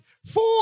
four